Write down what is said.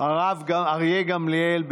הרב אריה גמליאל.